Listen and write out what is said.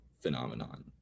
phenomenon